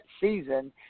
season